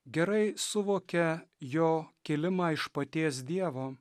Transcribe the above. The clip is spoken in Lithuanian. gerai suvokia jo kilimą iš paties dievo